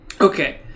Okay